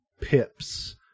pips